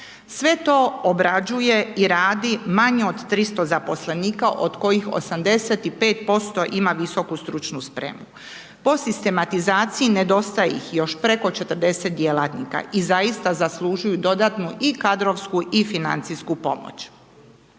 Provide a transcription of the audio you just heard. Sve to obrađuje i radi manje od 300 zaposlenika, od kojih 85% ima visoku stručnu spremu. Po sistematizaciji, nedostaje ih još preko 40 djelatnika i zaista zaslužuju dodatnu i kadrovsku i financijsku pomoć.